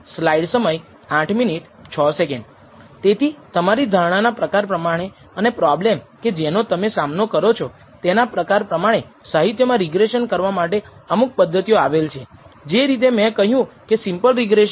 ધારો કે આપણે આ પ્રયોગ ઘણી વખત કરીએ છીએ અને આપણને ઘણાં અંદાજ મળશે મને તે બધાને સરેરાશ કરવા દો અને તેનું સરેરાશ મૂલ્ય સાચા મૂલ્ય તરફ વળશે